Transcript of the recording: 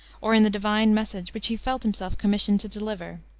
or in the divine message which he felt himself commissioned to deliver.